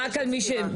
נכון, רק על פטירה.